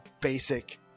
basic